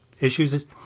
issues